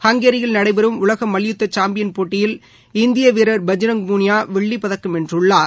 ஹங்கேரியில் நடைபெறும் உலக மல்யுத்த சாம்பியன் போட்டியில் இந்திய வீரர் பஜ்ரங் பூனியா வெள்ளிப்பதக்கம் வென்றுள்ளார்